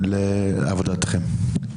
לעבודתכם.